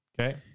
okay